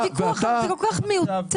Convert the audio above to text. הוויכוח הזה כל כך מיותר.